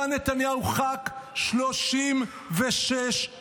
אתה, נתניהו, ח"כ 36 שנה.